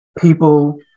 people